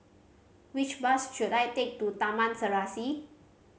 which bus should I take to Taman Serasi